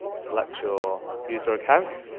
select your user account,